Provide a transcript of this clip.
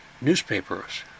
newspapers